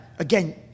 Again